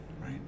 right